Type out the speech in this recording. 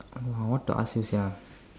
oh what to ask you sia